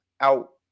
out